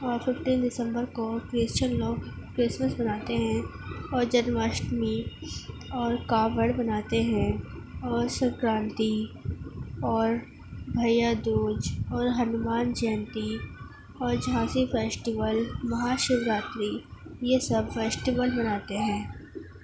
اور ففٹین دسمبر کو کرسچیئن لوگ کرسمس مناتے ہیں اور جنم اسٹمی اور کاوڑ مناتے ہیں اور سنکرانتی اور بھیادوج اور ہنومان جینتی اور جھانسی فیسٹیول مہا شیوراتری یہ سب فیسٹیول مناتے ہیں